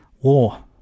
War